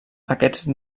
aquests